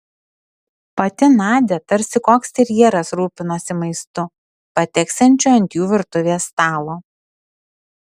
pati nadia tarsi koks terjeras rūpinosi maistu pateksiančiu ant jų virtuvės stalo